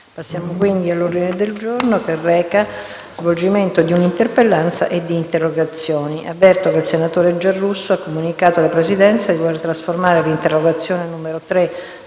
finestra"). L'ordine del giorno reca lo svolgimento di un'interpellanza e di interrogazioni. Avverto che il senatore Giarrusso ha comunicato alla Presidenza di voler trasformare l'interrogazione